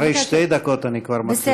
אחרי שתי דקות אני כבר מתחיל להפסיק.